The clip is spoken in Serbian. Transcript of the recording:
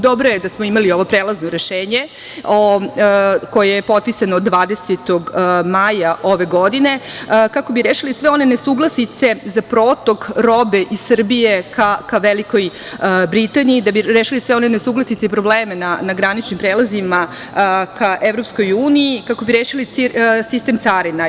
Dobro je da smo imali ovo prelazno rešenje koje je potpisano 20. maja ove godine, kako bi rešili sve one nesuglasice za protok robe iz Srbije ka Velikoj Britaniji i da bi rešili sve one nesuglasice i probleme na graničnim prelazima ka Evropskoj uniji i kako bi rešili sistem carina.